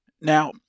Now